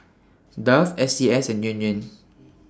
Dove S C S and Yan Yan